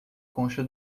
concha